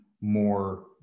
more